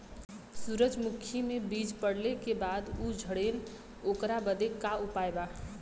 सुरजमुखी मे बीज पड़ले के बाद ऊ झंडेन ओकरा बदे का उपाय बा?